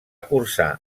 cursar